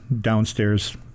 downstairs